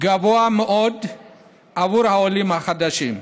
גבוה מאוד בעבור העולים החדשים.